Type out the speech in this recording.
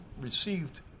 received